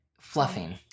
fluffing